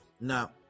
now